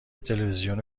تلوزیون